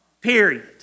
period